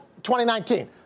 2019